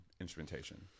instrumentation